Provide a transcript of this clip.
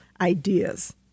ideas